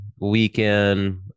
weekend